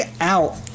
out